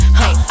hey